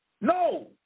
No